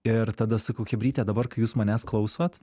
ir tada sakau chebryte dabar kai jūs manęs klausot